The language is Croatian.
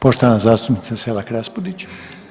Poštovana zastupnica Selak-Raspudić.